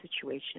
situation